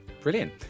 brilliant